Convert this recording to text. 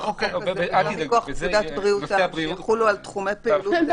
הזה וגם מכוח פקודת בריאות העם שיחולו על תחומי פעילות מקבילים.